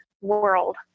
world